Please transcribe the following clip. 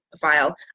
file